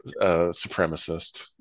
supremacist